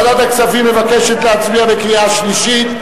ועדת הכספים מבקשת להצביע בקריאה שלישית,